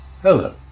Hello